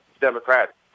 Democratic